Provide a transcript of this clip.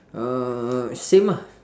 err same ah